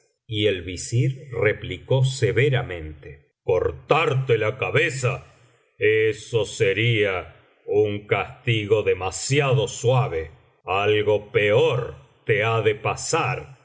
y el visir replicó severamente cortarte la cabeza eso seria un castigo demasiado suave algo peor te ha de pasar